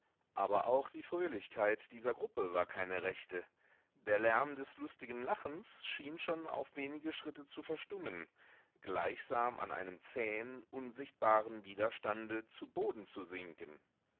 aber auch die fröhlichkeit dieser gruppe war keine rechte der lärm des lustigen lachens schien schon auf wenige schritte zu verstummen gleichsam an einem zähen unsichtbaren widerstande zu boden zu sinken